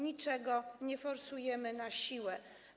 Niczego nie forsujemy na siłę.